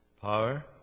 power